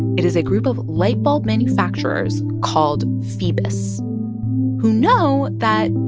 it is a group of light bulb manufacturers called phoebus who know that,